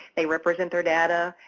they represent their data,